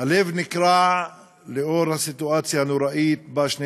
הלב נקרע לנוכח הסיטואציה הנוראית שבה שני